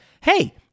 hey